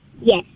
Yes